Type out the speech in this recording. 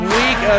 week